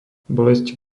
bolesť